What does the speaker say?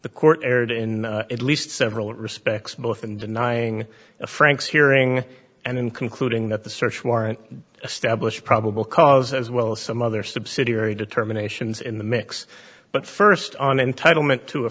the court erred in at least several respects both in denying frank's hearing and in concluding that the search warrant establish probable cause as well as some other subsidiary determinations in the mix but st on entitlement to a